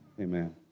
Amen